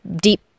deep